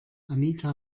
anita